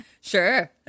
Sure